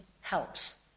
helps